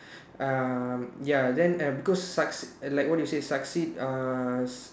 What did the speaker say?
uh ya then uh because succeed like what you say succeed uh